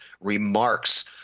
remarks